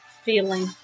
feeling